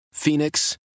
Phoenix